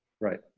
right